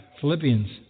Philippians